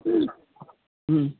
ꯎꯝ